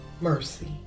mercy